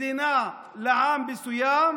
מדינה לעם מסוים,